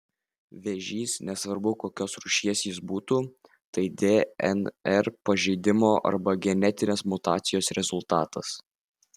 vėžys nesvarbu kokios rūšies jis būtų tai dnr pažeidimo arba genetinės mutacijos rezultatas